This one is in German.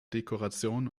dekoration